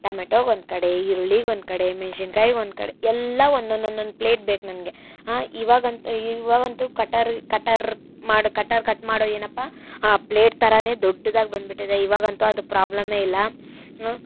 ಟಮೆಟೊಗೆ ಒಂದು ಕಡೆ ಈರುಳ್ಳಿಗೆ ಒಂದು ಕಡೆ ಮೆನ್ಶಿನ್ಕಾಯಿಗೆ ಒಂದು ಕಡೆ ಎಲ್ಲ ಒಂದೊಂದೊಂದು ಪ್ಲೇಟ್ ಬೇಕು ನನಗೆ ಹಾಂ ಇವಾಗಂತೂ ಇವಾಗಂತೂ ಕಟ್ಟರ್ ಕಟ್ಟರ್ರ್ ಮಾಡೋ ಕಟ್ಟರ್ ಕಟ್ ಮಾಡೋ ಏನಪ್ಪ ಹಾಂ ಪ್ಲೇಟ್ ಥರವೇ ದೊಡ್ಡದಾಗಿ ಬಂದುಬಿಟ್ಟಿದೆ ಇವಾಗಂತೂ ಅದು ಪ್ರಾಬ್ಲಮ್ಮೆ ಇಲ್ಲ ಹಾಂ